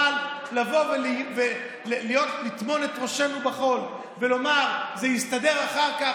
אבל לבוא ולטמון את ראשנו בחול ולומר שזה יסתדר אחר כך,